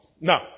no